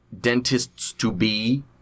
dentists-to-be